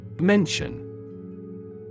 Mention